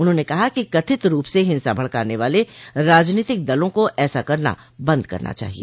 उन्होंने कहा कि कथित रूप से हिंसा भड़काने वाले राजनीतिक दलों को ऐसा करना बंद करना चाहिए